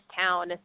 town